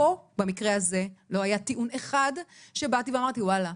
פה במקרה הזה לא היה טיעון אחד שבאתי ואמרתי: וואלה,